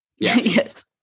yes